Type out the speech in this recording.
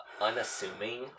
unassuming